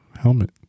helmet